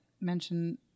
mention